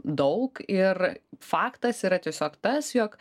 daug ir faktas yra tiesiog tas jog